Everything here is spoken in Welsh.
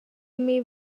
imi